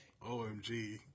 OMG